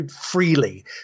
freely